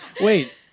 Wait